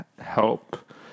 help